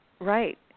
Right